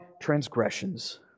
transgressions